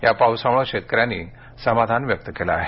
या पावसामूळे शेतकऱ्यांनी समाधान व्यक्त केलं आहे